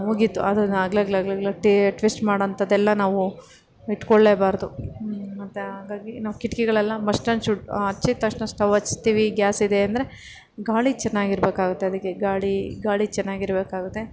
ಮುಗೀತು ಅದನ್ನು ಅಗಳಗಳಗಳಗಳ ಟ್ವಿಸ್ಟ್ ಮಾಡೋಂಥದ್ದೆಲ್ಲ ನಾವು ಇಟ್ಕೊಳ್ಳೇಬಾರ್ದು ಮತ್ತು ಹಾಗಾಗಿ ನಾವು ಕಿಟಕಿಗಳೆಲ್ಲ ಮಸ್ಟ್ ಆ್ಯಂಡ್ ಶುಡ್ ಹಚ್ಚಿದ ತಕ್ಷಣ ಸ್ಟವ್ ಹಚ್ತೀವಿ ಗ್ಯಾಸ್ ಇದೆ ಅಂದರೆ ಗಾಳಿ ಚೆನ್ನಾಗಿರ್ಬೇಕಾಗುತ್ತೆ ಅದಕ್ಕೆ ಗಾಳಿ ಗಾಳಿ ಚೆನ್ನಾಗಿರ್ಬೇಕಾಗುತ್ತೆ